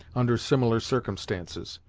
under similar circumstances.